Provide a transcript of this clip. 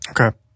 Okay